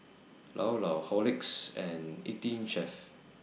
Llao Llao Horlicks and eighteen Chef